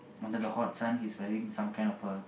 under the hot son he's wearing some kind of a